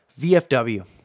VFW